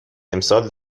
امسال